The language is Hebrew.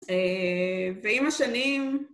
ועם השנים...